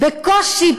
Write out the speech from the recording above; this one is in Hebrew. בקושי,